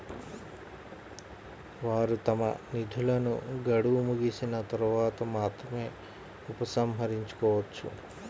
వారు తమ నిధులను గడువు ముగిసిన తర్వాత మాత్రమే ఉపసంహరించుకోవచ్చు